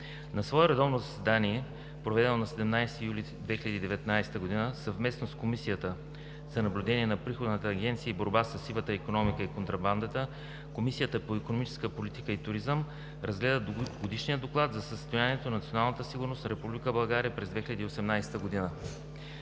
На свое редовно заседание, проведено на 17 юли 2019 г., съвместно с Комисията за наблюдение на приходните агенции и борба със сивата икономика и контрабандата, Комисията по икономическа политика и туризъм разгледа Годишния доклад за състоянието на националната сигурност на Република България през 2018 г.